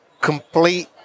complete